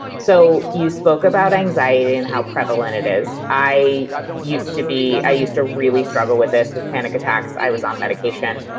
so you spoke about anxiety and how prevalent it is. i used to be. i used to really struggle with this, with panic attacks, i was on medication.